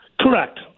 Correct